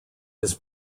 his